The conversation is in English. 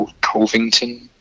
Covington